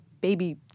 baby